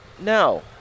No